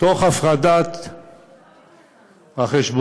תוך הפרדת החשבונות,